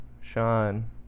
Sean